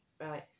Right